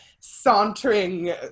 sauntering